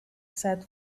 said